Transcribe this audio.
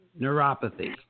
Neuropathy